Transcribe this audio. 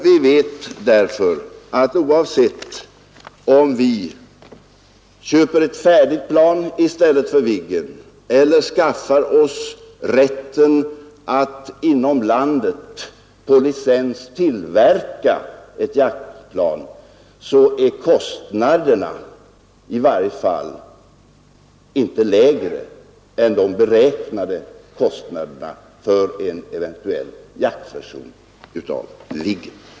Vi vet därför att oavsett om vi köper ett färdigt plan i stället för Viggen eller skaffar oss rätten att inom landet på licens tillverka ett jaktplan blir kostnaderna i varje fall inte lägre än de beräknade kostnaderna för en eventuell jaktversion av Viggen.